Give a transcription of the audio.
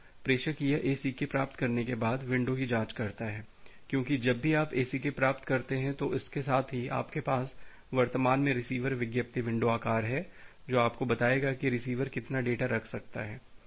अब प्रेषक यह ACK प्राप्त करने के बाद विंडो की जाँच करता है क्योंकि जब भी आप ACK प्राप्त करते हैं तो इसके साथ ही आपके पास वर्तमान में रिसीवर विज्ञापित विंडो आकार है जो आपको बताएगा कि रिसीवर कितना डेटा रख सकता है